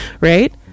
right